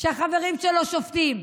שהחברים שלו שופטים.